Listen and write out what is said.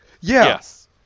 Yes